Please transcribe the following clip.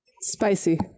Spicy